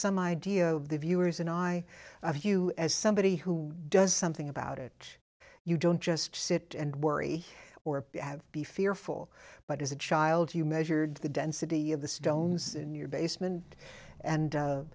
some idea of the viewers and i of you as somebody who does something about it you don't just sit and worry or have be fearful but as a child you measured the density of the stones in your basement and